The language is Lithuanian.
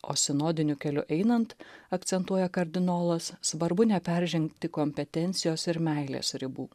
o sinodiniu keliu einant akcentuoja kardinolas svarbu neperžengti kompetencijos ir meilės ribų